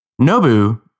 Nobu